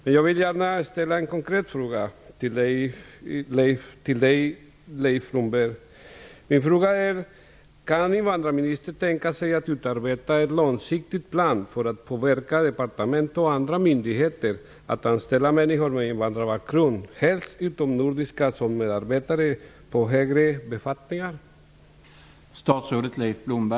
Men jag vill gärna ställa en konkret fråga till Leif Blomberg: Kan invandrarministern tänka sig att utarbeta en långsiktig plan för att påverka departement och andra myndigheter att anställa människor med invandrarbakgrund, helst utomnordiska som medarbetare och på högre befattningar?